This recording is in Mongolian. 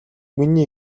миний